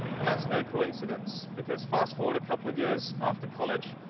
and that's no coincidence, because fast forward a couple of years after college,